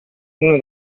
uno